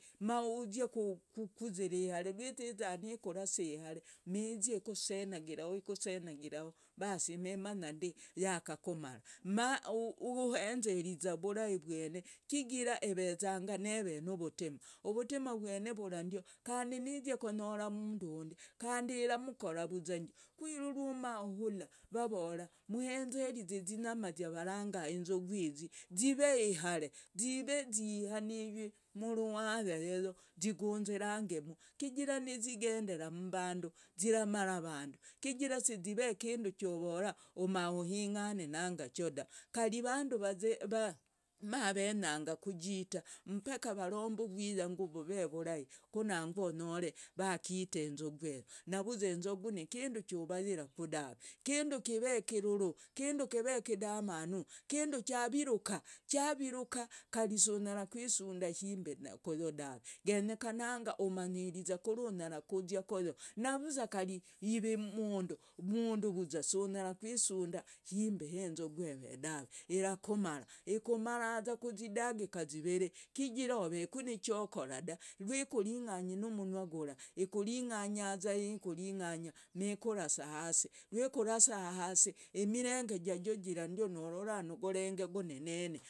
Mauzia kukuzira ihare, rwiziza nikurasa ihare mizya ekosenagiraho ekosenagiraho baas mimanyandi yakakumara maohenzeriza vurahi vwene chigira evezanga neve nuvutima, uvutima vwene vurandio kandi nizya konyora mundu hundi kandi iramkorazandio, ku irworwumuhula vavora mhenzerize izinyama ziavaranga enzogu yizi, zive ihare zive zihaniywi mruwaya yeyo zigunzirangemu chigira nizigenderammba ziramara avandu chigira sizive ikindu chovora umauhingane nangacho da, kari vandu mavenyanga kujita mpaka varombe uvwiyangu vove vurahi kunangwa onyore vakita enzogu eyo navuza enzogu nikindu chuvayiraku daave, kindu keve kiruru, kindu kev kidamanu, kindu chaviruka chaviruka kari sunyara kwisunda shimbi kuyo daave, genyekananga umanyirizi kuri unyara kuzya koyo, navuza kari yivi mundu vuza sunyara kwisunda himbi henzogu eve daave, irakumara, ikumaraza kuzidagika ziviri, chigira oveku nichokora da, rwikuring'anyi mumunywa gura ikuring'anyaza nikuring'anya mikurasa hasi, rwikurasa hasi imirenge jajo jira norora nogorenge gonenene.